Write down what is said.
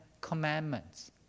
Commandments